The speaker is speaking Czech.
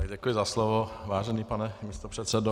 Děkuji za slovo, vážený pane místopředsedo.